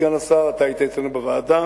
סגן השר, אתה היית אצלנו בוועדה,